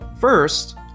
First